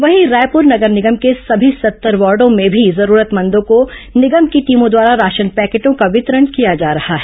वहीं रायपुर नगर निगम के समी सत्तर वार्डों में भी जरूरतमंदों को निगम की टीमों द्वारा राशन पैकेटों का वितरण किया जा रहा है